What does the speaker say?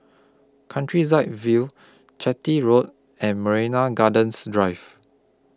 Countryside View Chitty Road and Marina Gardens Drive